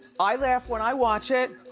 i laugh when i watch it.